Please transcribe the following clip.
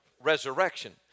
Resurrection